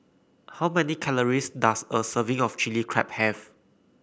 how many calories does a serving of Chilli Crab have